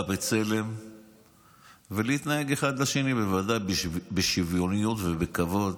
בצלם ולהתנהג אחד לשני בשוויוניות ובכבוד,